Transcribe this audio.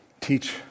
teach